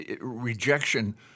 Rejection